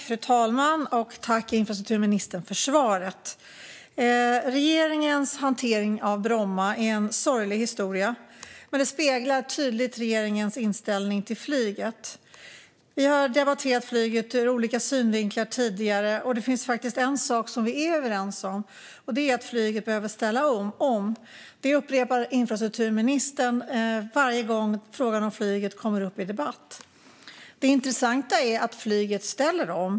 Fru talman! Tack, infrastrukturministern, för svaret! Regeringens hantering av Bromma är en sorglig historia. Det speglar tydligt regeringens inställning till flyget. Vi har debatterat flyget ur olika synvinklar tidigare. Det finns en sak som vi är överens om. Det är att flyget behöver ställa om. Det upprepar infrastrukturministern varje gång frågan om flyget kommer upp i debatt. Det intressanta är att flyget ställer om.